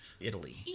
italy